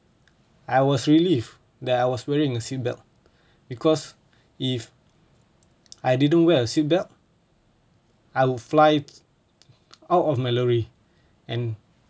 I was relieved that I was wearing a seatbelt because if I didn't wear a seatbelt I'll fly out of my lorry and